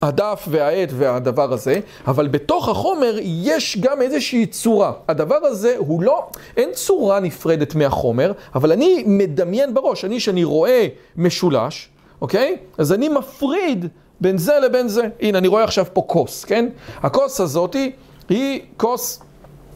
הדף והעט והדבר הזה, אבל בתוך החומר יש גם איזושהי צורה. הדבר הזה הוא לא, אין צורה נפרדת מהחומר, אבל אני מדמיין בראש, אני שאני רואה משולש, אוקיי? אז אני מפריד בין זה לבין זה. הנה, אני רואה עכשיו פה כוס, כן? הכוס הזאתי היא כוס.